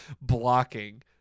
blocking